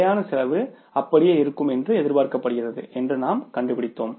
நிலையான செலவு அப்படியே இருக்கும் என்று எதிர்பார்க்கப்படுகிறது என்று நாம் கண்டுபிடித்தோம்